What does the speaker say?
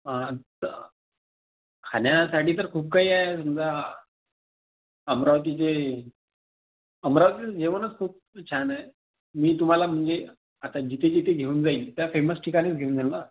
हां तर खाण्यासाठी तर खूप काही आहे समजा अमरावतीचे अमरावतीला जेवणचं खूप छान आहे मी तुम्हाला म्हणजे आता जिथे जिथे घेऊन जाईल त्या फेमस ठिकाणीच घेऊन जाईल ना